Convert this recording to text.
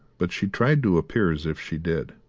but she tried to appear as if she did,